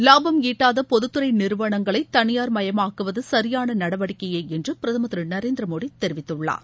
இலாபம் ஈட்டாத பொதுத்துறை நிறுவனங்களை தளியார் மயமாக்குவது சரியான நடவடிக்கையே என்று பிரதமர் திரு நரேந்திர மோடி தெரிவித்துள்ளார்